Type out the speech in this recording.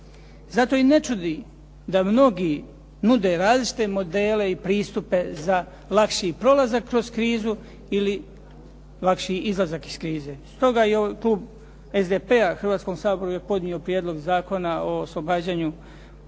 zato i ne čudi da mnogi nude različite modele i pristupe za lakši prolazak kroz krizu ili lakši izlazak iz krize. Stoga je i klub SDP-a Hrvatskom saboru je podnio Prijedlog zakona o oslobađanju